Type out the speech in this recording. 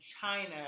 China